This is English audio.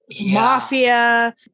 mafia